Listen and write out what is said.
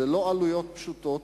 אלה לא עלויות פשוטות,